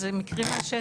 זה מקרים מהשטח?